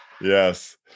yes